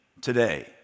today